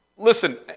Listen